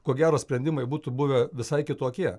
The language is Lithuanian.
ko gero sprendimai būtų buvę visai kitokie